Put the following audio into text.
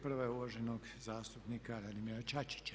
Prva je uvaženog zastupnika Radimira Čačića.